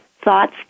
thoughts